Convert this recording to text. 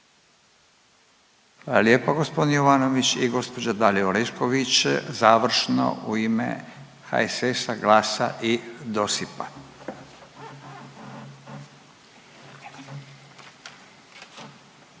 lijepo gospodin Jovanović. I gospođa Dalija Orešković, završno u ime HSS-a, GLAS-a i DOSIP-a.